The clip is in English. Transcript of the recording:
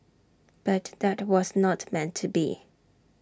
but that was not meant to be